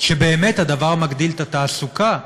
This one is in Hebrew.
שבאמת הדבר מגדיל את התעסוקה,